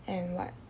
and what